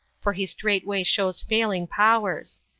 for he straightway shows failing powers.